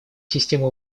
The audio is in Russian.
системы